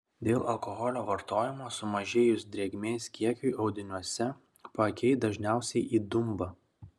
dėl alkoholio vartojimo sumažėjus drėgmės kiekiui audiniuose paakiai dažniausiai įdumba